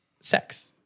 sex